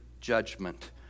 judgment